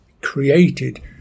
created